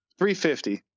350